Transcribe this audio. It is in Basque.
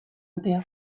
atea